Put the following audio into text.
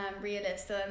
realism